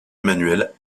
emmanuel